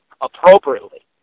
appropriately